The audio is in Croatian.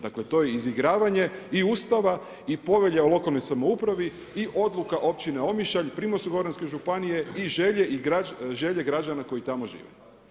Dakle to je izigravanje i Ustave i Povelje o lokalnoj samoupravi i odluka Općine Omišalj, Primorsko-goranske županije i želje građana koji tamo žive.